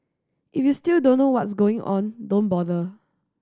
if you still don't know what's going on don't bother